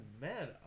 Man